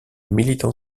militant